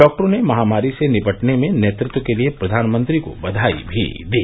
डॉक्टरों ने महामारी से निपटने में नेतृत्व के लिए प्रधानमंत्री को बधाई भी दी